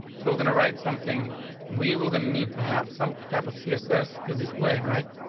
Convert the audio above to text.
so we're gonna write something we were going to need to have some type of css to display, right?